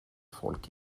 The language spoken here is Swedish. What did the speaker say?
folk